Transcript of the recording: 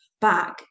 back